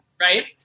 Right